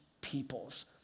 peoples